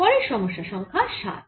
পরের সমস্যা সংখ্যা 7